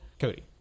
Cody